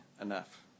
enough